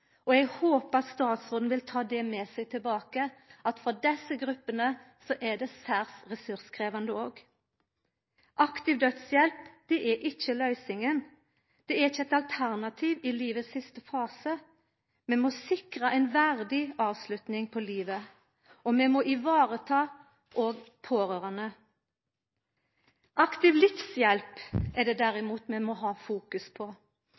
Eg håpar statsråden vil ta med seg tilbake at desse gruppene er særs ressurskrevjande òg. Aktiv dødshjelp er ikkje løysinga. Det er ikkje eit alternativ i livets siste fase. Vi må sikra ei verdig avslutning på livet, og vi må òg vareta pårørande. Aktiv livshjelp er derimot det vi må fokusera på.